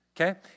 okay